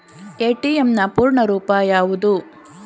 ATM ನ ಪೂರ್ಣ ರೂಪ ಯಾವುದು?